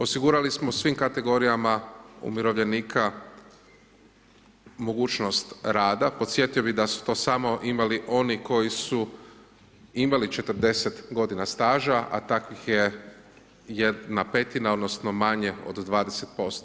Osigurali smo svim kategorijama umirovljenika mogućnost rada, podsjetio bi da su to samo imali oni koji su imali 40 godina staža, a takvih je 1/5 odnosno manje od 20%